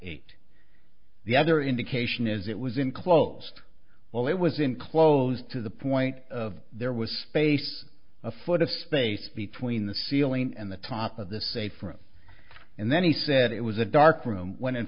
eight the other indication is it was in close while it was in close to the point of there was space afoot a space between the ceiling and the top of the safe room and then he said it was a dark room when in